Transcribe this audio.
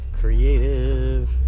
creative